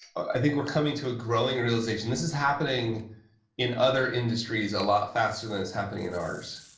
i think we're coming to a growing realization this is happening in other industries a lot faster than it's happening in ours